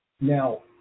now